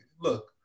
look